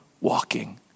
walking